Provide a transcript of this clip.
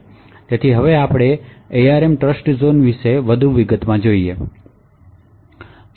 તેથી હવે આપણે એઆરએમ ટ્રસ્ટઝોન વિશેની વધુ વિગતમાં જઈએ છીએ